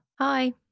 Hi